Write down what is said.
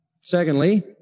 Secondly